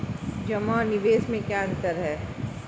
जमा और निवेश में क्या अंतर है?